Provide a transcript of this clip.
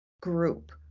group